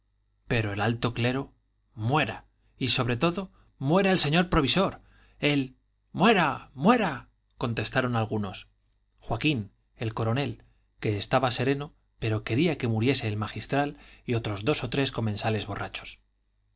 pero el alto clero muera y sobre todo muera el señor provisor el muera muera contestaron algunos joaquín el coronel que estaba sereno pero quería que muriese el magistral y otros dos o tres comensales borrachos